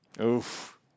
oof